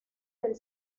del